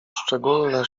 szczególne